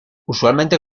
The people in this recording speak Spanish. usualmente